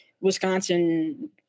Wisconsin